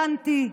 דנתי,